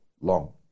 long